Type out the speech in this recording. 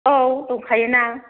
औ दंखायोना